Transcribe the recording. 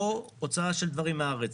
או הוצאה של דברים מהארץ.